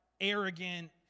arrogant